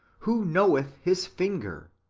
who knoweth his finger?